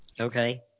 Okay